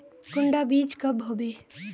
कुंडा बीज कब होबे?